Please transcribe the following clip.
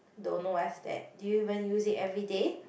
don't know what's that do you even use it everyday